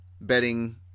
betting